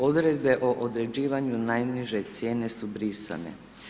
Odredbe o određivanju najniže cijene su brisane.